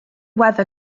weather